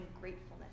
gratefulness